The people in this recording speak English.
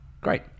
Great